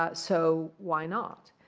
ah so why not?